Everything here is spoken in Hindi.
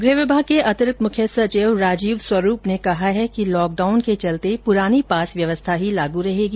गृह विभाग के अतिरिक्त मुख्य सचिव राजीव स्वरूप ने कहा है कि लॉक डाउन के चलते पुरानी पास व्यवस्था ही लागू रहेगी